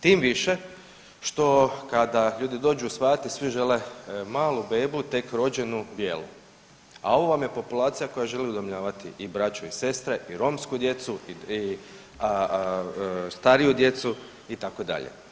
Tim više što kada ljudi dođu usvajati svi žele malu bebu tek rođenu bijelu, a ovo vam je populacija koja želi udomljavati i braću i sestre i romsku djecu i stariju djecu itd.